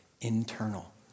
internal